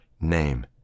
name